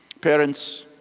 Parents